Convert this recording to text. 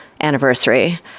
anniversary